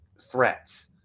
threats